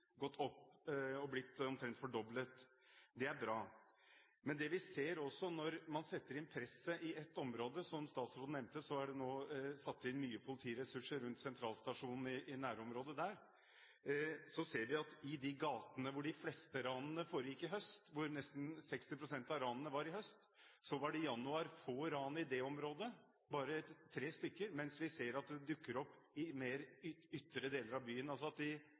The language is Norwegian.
gått opp og er blitt omtrent fordoblet. Det er bra. Men når man setter inn presset i ett område – som statsråden nevnte, er det nå satt inn mye politiressurser rundt Sentralstasjonen og nærområdet der – ser vi at f.eks. i de gatene hvor nesten 60 pst. av ranene foregikk i høst, var det i januar få ran, bare tre stykker, mens vi ser at de dukker opp mer i ytre deler av byen.